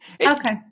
Okay